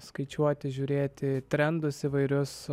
skaičiuoti žiūrėti trendus įvairius